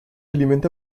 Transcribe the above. alimenta